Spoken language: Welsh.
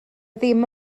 ddim